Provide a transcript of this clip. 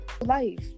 life